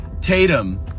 Tatum